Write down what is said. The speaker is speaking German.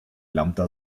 lambda